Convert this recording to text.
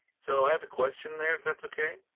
so i have a question there. that's okay.